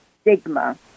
stigma